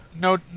no